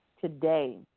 today